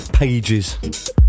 Pages